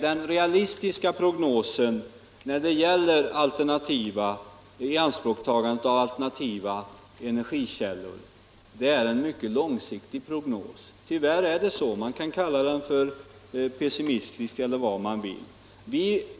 En realistisk prognos för ianspråktagandet av alternativa energikällor måste därför vara mycket långsiktig. Tyvärr är det så, oavsett om man vill kalla en sådan prognos pessimistisk eller något annat.